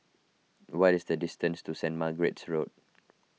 what is the distance to Saint Margaret's Road